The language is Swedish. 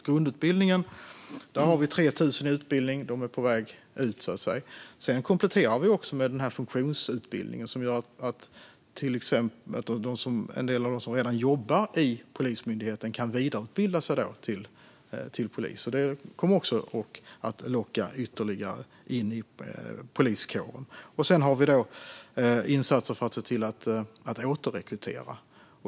På grundutbildningen har vi 3 000 i utbildning; de är på väg ut. Sedan kompletterar vi med funktionsutbildningen, som gör att en del av dem som redan jobbar i Polismyndigheten kan vidareutbilda sig till polis. Detta kommer att locka ytterligare personer in i poliskåren. Vi har även insatser för att återrekrytera.